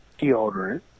deodorant